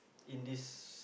in this